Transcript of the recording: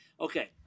Okay